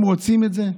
הם רוצים את זה?